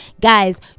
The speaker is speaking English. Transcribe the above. Guys